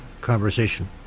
conversation